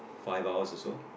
five hours or so